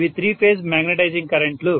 ఇవి three phase magnetising కరెంట్లు